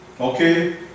okay